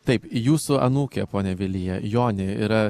taip jūsų anūkė ponia vilija jonė yra